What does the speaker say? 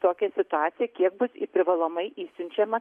tokią situaciją kiek bus į privalomai išsiunčiama